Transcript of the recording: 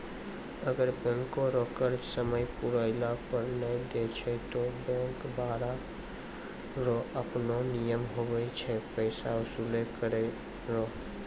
अगर बैंको रो कर्जा समय पुराला पर नै देय छै ते बैंक बाला रो आपनो नियम हुवै छै पैसा बसूल करै रो